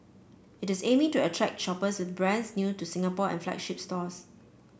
it is aiming to attract shoppers with brands new to Singapore and flagship stores